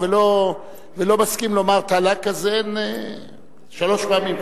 ולא מסכים לומר "טַלאק" שלוש פעמים,